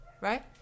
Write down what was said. right